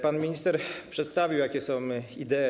Pan minister przedstawił, jakie są idee.